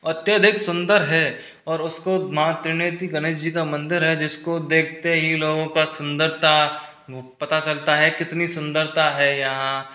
अत्यधिक सुंदर है और उसको महतीर्थ गणेश जी का मंदिर है जिसको देखते ही लोगों का सुन्दरता पता चलता है कितनी सुंदरता है यहाँ